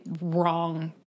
wrong